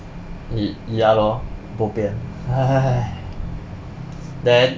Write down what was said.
y~ ya lor bo pian then